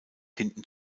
hinten